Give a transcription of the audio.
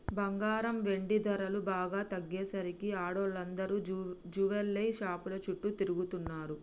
బంగారం, వెండి ధరలు బాగా తగ్గేసరికి ఆడోళ్ళందరూ జువెల్లరీ షాపుల చుట్టూ తిరుగుతున్నరు